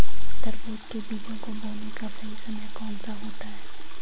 तरबूज के बीजों को बोने का सही समय कौनसा होता है?